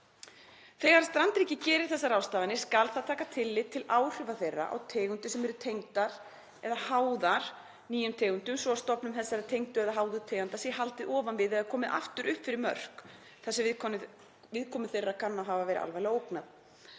Þegar strandríkið gerir þessar ráðstafanir skal það taka tillit til áhrifa þeirra á tegundir sem eru tengdar eða háðar nýttum tegundum svo að stofnum þessara tengdu, eða háðu tegunda sé haldið ofan við eða komið aftur upp fyrir mörk þar sem viðkomu þeirra kann að verða alvarlega